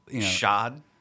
shod